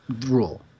rule